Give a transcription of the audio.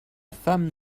femme